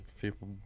people